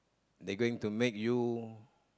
they going to make you